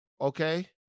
okay